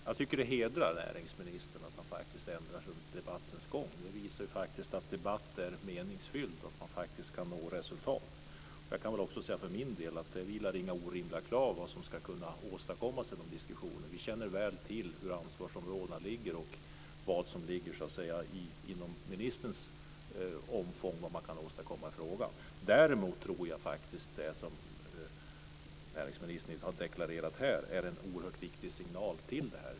Fru talman! Det hedrar näringsministern att han ändrar sig under debattens gång. Det visar att debatt är meningsfylld och att man kan nå resultat. Jag kan för min del säga att jag inte har några orimliga krav på vad som ska kunna åstadkommas i diskussioner. Vi känner väl till hur ansvarsområdena ligger och vad som ligger inom ministerns omfång och vad som kan åstadkommas i frågan. Däremot tror jag, vilket näringsministern inte har deklarerat här, att det är en oerhört viktig signal.